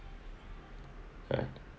right